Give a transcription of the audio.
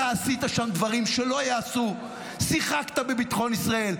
אתה עשית שם דברים שלא ייעשו: שיחקת בביטחון ישראל,